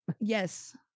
yes